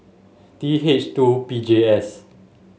T H two P J S